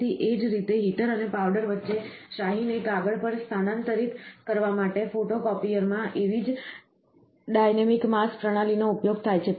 તેથી એ જ રીતે હીટર અને પાવડર વચ્ચે શાહીને કાગળ પર સ્થાનાંતરિત કરવા માટે ફોટોકોપિયરમાં એવી જ ડાયનેમિક માસ પ્રણાલી નો ઉપયોગ થાય છે